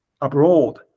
abroad